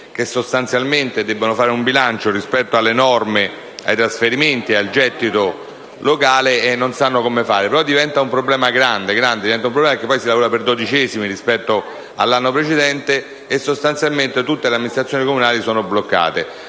che sostanzialmente devono fare un bilancio rispetto alle norme, ai trasferimenti e al gettito locale non sanno come fare. Però diventa un problema grande, perché poi si lavora per dodicesimi rispetto all'anno precedente e sostanzialmente tutte le amministrazioni comunali sono bloccate.